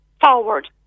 forward